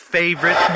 favorite